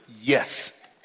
Yes